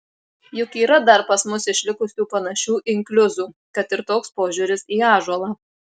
juk yra dar pas mus išlikusių panašių inkliuzų kad ir toks požiūris į ąžuolą